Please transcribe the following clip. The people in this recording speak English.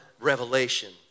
revelation